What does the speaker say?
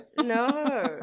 No